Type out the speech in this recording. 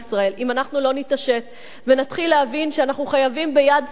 אם אנחנו לא נתעשת ונתחיל להבין שאנחנו חייבים ביד שמאל,